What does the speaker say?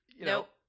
Nope